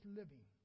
living